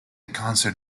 concert